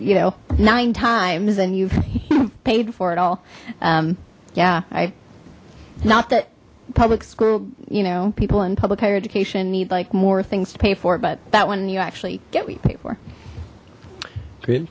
you know nine times and you've paid for it all yeah i not that public school you know people in public higher education need like more things to pay for but that one you actually get what you pay for good